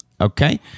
Okay